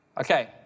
Okay